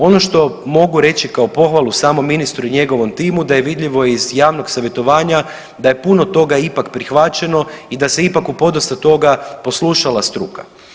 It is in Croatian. Ono što mogu reći kao pohvalu samom ministru i njegovom timu da je vidljivo iz javnog savjetovanja da je puno toga ipak prihvaćeno i da se ipak u podosta toga ipak poslušala struka.